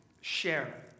share